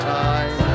time